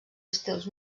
estils